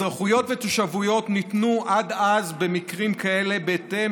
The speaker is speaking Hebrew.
אזרחויות ותושבויות ניתנו עד אז במקרים כאלה בהתאם